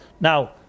Now